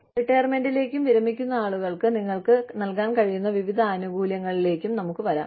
റിട്ടയർമെന്റിലേക്കും വിരമിക്കുന്ന ആളുകൾക്ക് നിങ്ങൾക്ക് നൽകാൻ കഴിയുന്ന വിവിധ ആനുകൂല്യങ്ങളിലേക്കും നമുക്ക് വരാം